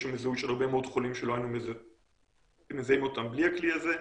יש שם זיהוי של הרבה מאוד חולים שלא היינו מזהים אותם בלי הכלי הזה.